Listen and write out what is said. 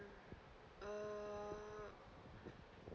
uh